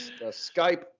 Skype